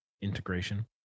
integration